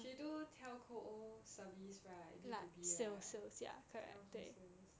she do telco service right B two B right telco sales